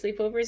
sleepovers